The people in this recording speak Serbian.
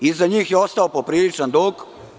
Iza njih je ostao popriličan dug.